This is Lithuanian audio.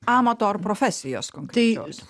amato ar profesijos konkrečios